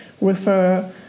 refer